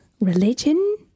religion